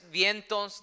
vientos